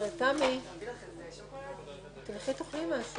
כך, תוכיחו.